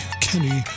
Kenny